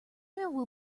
will